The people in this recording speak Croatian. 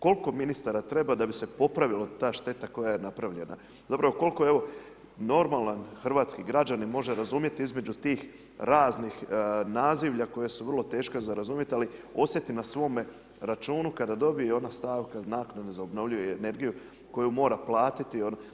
Kolko ministara treba da bi se popravila ta šteta koja je napravljena, dobro kolko evo normalan hrvatski građanin može razumjet između tih raznih nazivlja koja su vrlo teška za razumjet ali na osjeti na svoje računu kada dobije ona stavka naknade za obnovljivu energiju koju mora platiti.